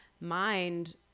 mind